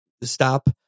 stop